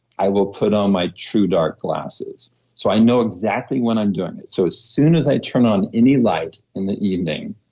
i will put on my true dark glasses so i know exactly when i'm doing it. so as soon as i turn on any light in the evening,